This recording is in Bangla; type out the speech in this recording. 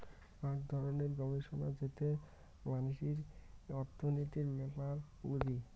আক ধরণের গবেষণা যেতে মানসি অর্থনীতির ব্যাপার বুঝি